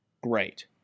Great